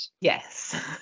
Yes